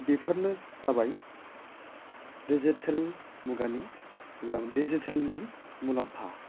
बेफोरनो जाबाय दिजिटेल मुगानि एबा दिजिटेलनि मुलाम्फा